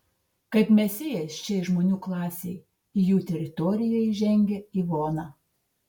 kaip mesijas šiai žmonių klasei į jų teritoriją įžengia ivona